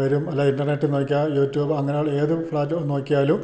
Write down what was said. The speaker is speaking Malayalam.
വരും അല്ലേ ഇൻ്റർനെറ്റ് നോക്കിയാൽ യൂട്യൂബ് അങ്ങനെയുള്ള ഏത് ഫ്ലാറ്റ്ഫോം നോക്കിയാലും